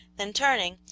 then turning,